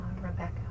Rebecca